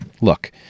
Look